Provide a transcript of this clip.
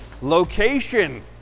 Location